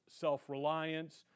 self-reliance